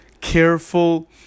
careful